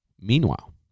Meanwhile